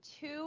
two